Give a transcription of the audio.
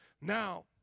Now